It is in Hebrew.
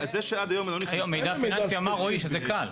זה שעד היום היא לא נכנסה --- מידע פיננסי אמר רועי שזה קל.